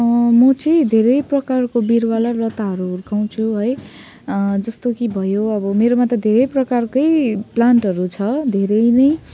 म चाहिँ धेरै प्रकारको बिरुवा र लताहरू हुर्काउँछु है जस्तो कि भयो अब मेरोमा त धेरै प्रकारकै प्लान्टहरू छ धेरै नै